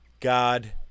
God